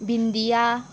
बिंदिया